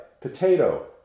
Potato